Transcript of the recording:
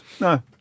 no